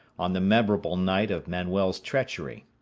on the memorable night of manuel's treachery.